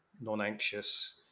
non-anxious